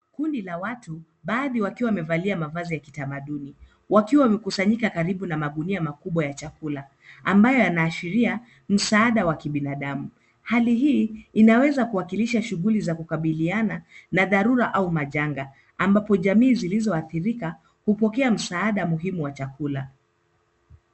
Kundi la watu, baadhi wakiwa wamevalia mavazi ya kitamaduni wakiwa wamekusanyika karibu na magunia makubwa ya chakula ambayo yanaashiria msaada wa kibinadamu. Haki hii inaweza kuwakilisha shuguli za kukabiliana na na dharura au majanga, ambapo jamii zilizoathirika hupokea msaada muhimu wa chakula.